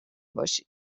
باشید